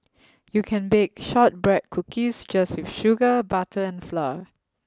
you can bake shortbread cookies just with sugar butter and flour